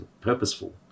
purposeful